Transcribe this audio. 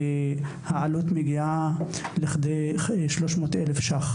העלות הזאת מגיעה ל-300 אלף שקלים,